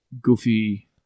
goofy